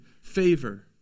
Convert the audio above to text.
favor